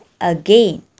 again